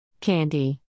Candy